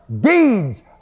deeds